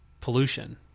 pollution